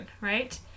right